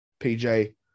PJ